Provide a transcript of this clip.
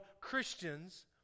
Christians